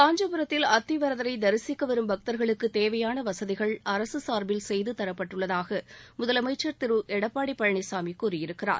காஞ்சிபுரத்தில் அத்திவரதரை தரிசிக்க வரும் பக்தர்களுக்கு தேவையான வசதிகள் அரசு சார்பில் செய்து தரப்பட்டுள்ளதாக முதலமைச்சர் திரு எடப்பாடி பழனிசாமி கூறியிருக்கிறார்